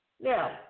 Now